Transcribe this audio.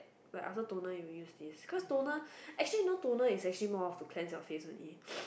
like after toner you use this cause toner actually you know toner is actually more of to cleanse your face only